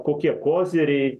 kokie koziriai